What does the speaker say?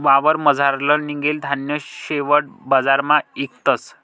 वावरमझारलं निंघेल धान्य शेवट बजारमा इकतस